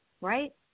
right